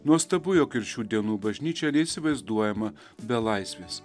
nuostabu jog ir šių dienų bažnyčia neįsivaizduojama be laisvės